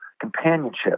companionship